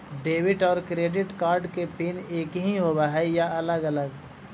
Debit और credit card के pin एकही होव हइ या अलग अलग?